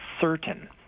certain